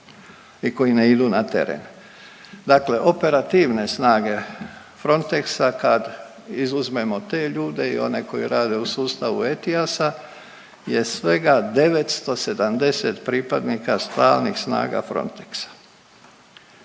i koji ne idu na teren. Dakle operativne snage Frontexa, kad izuzmemo te ljude i one koji radi u sustavu ETIAS-a je svega 970 pripadnika stalnih snaga Frontexa.